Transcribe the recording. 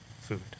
food